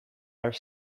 are